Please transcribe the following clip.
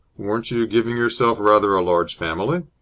weren't you giving yourself rather a large family?